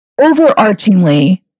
overarchingly